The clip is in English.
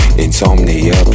insomnia